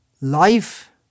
Life